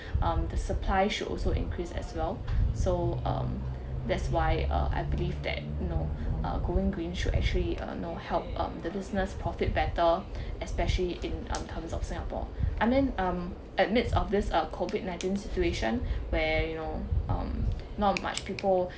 um the supply should also increase as well so um that's why uh I believe that you know uh going green should actually you know help um the business profit better especially in terms of singapore I mean um in midst of this uh COVID-nineteen situation where you know um not much people